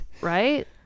Right